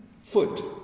foot